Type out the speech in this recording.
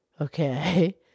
Okay